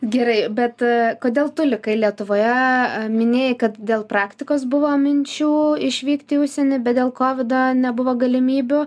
gerai bet kodėl tu likai lietuvoje minėjai kad dėl praktikos buvo minčių išvykti į užsienį bet dėl kovido nebuvo galimybių